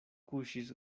kuŝis